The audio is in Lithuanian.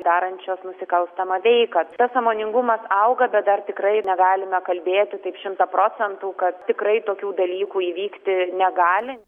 darančios nusikalstamą veiką tas sąmoningumas auga bet dar tikrai negalime kalbėti taip šimtą procentų kad tikrai tokių dalykų įvykti negali